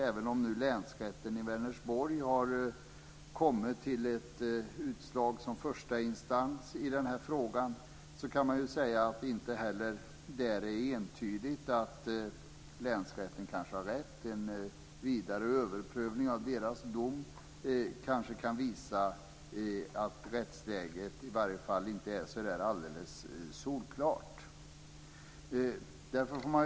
Även om Länsrätten i Vänersborg nu har kommit till ett utslag som förstainstans i den här frågan, är det inte entydigt att länsrätten har rätt. En vidare överprövning av deras dom kanske kan visa att rättsläget inte är så där alldeles solklart.